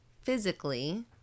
physically